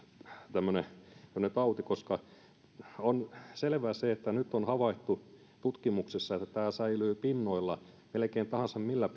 tämmöinen tauti on selvää se nyt on havaittu tutkimuksissa että tämä säilyy pinnoilla melkein millä